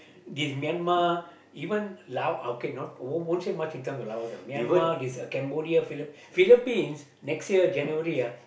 this Myanmar even Laos okay not won't won't say much in terms of Laos lah this Cambodia Philippines Philippines next year January ah